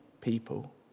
people